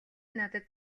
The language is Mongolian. надад